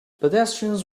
pedestrians